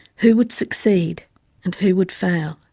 who would succeed and who would fail?